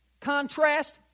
contrast